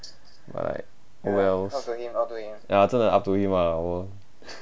right oh wells ya 真的 up to him ah 我